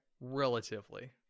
Relatively